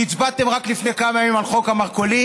שהצבעתם רק לפני כמה ימים על חוק המרכולים,